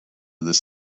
this